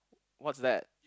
what's that